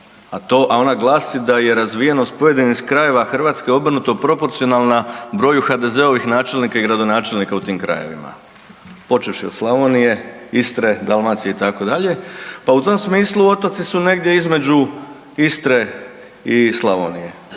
a ona glasi da je razvijenost pojedinih krajeva Hrvatske obrnuto proporcionalna broju HDZ-ovih načelnika i gradonačelnika u tim krajevima, počevši od Slavonije, Istre, Dalmacije itd., pa u tom smislu otoci su negdje između Istre i Slavonije,